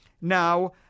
Now